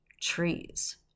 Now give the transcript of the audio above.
trees